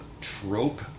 Trope